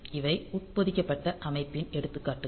இவை உட்பொதிக்கப்பட்ட அமைப்பின் எடுத்துக்காட்டுகள்